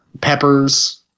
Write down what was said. peppers